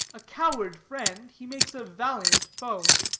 a coward friend, he makes a valiant foe.